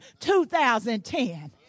2010